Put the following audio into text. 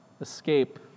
escape